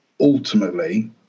ultimately